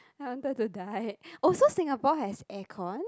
I want go to die oh so Singapore has aircon